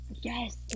Yes